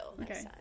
Okay